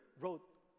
wrote